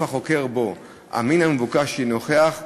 החוקר בן המין המבוקש יהיה נוכח בחקירה,